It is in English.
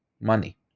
money